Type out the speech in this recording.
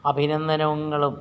അഭിനന്ദനങ്ങളും